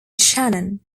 shannon